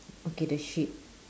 okay the sheep